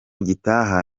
gitaha